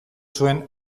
zuen